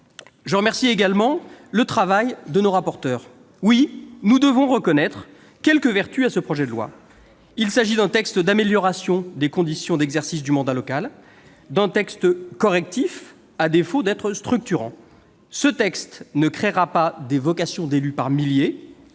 je remercie nos rapporteurs du travail qu'ils ont effectué. Oui, nous devons reconnaître quelque vertu à ce projet de loi. Il s'agit d'un texte d'amélioration des conditions d'exercice du mandat local, d'un texte correctif, à défaut d'être structurant. Il ne créera pas des vocations d'élu par milliers,